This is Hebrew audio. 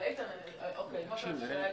שאלה עקרונית,